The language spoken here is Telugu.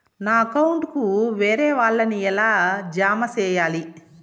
నా అకౌంట్ కు వేరే వాళ్ళ ని ఎలా జామ సేయాలి?